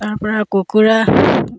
তাৰপৰা কুকুৰা